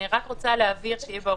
אני רק רוצה להבהיר, שיהיה ברור,